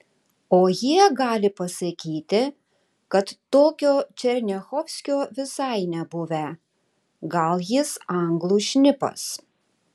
o jie gali pasakyti kad tokio černiachovskio visai nebuvę gal jis anglų šnipas